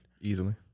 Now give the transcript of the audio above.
Easily